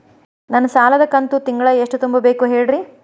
ನನ್ನ ಸಾಲದ ಕಂತು ತಿಂಗಳ ಎಷ್ಟ ತುಂಬಬೇಕು ಹೇಳ್ರಿ?